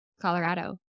Colorado